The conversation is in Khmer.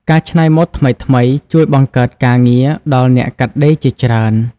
ការច្នៃម៉ូដថ្មីៗជួយបង្កើតការងារដល់អ្នកកាត់ដេរជាច្រើន។